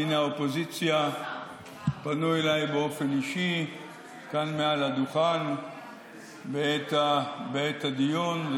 מן האופוזיציה פנו אליי באופן אישי כאן מעל הדוכן בעת הדיון.